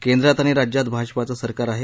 केंद्रात आणि राज्यात भाजपचं सरकार आहे